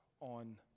on